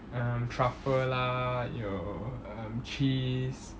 um truffle lah 有 um cheese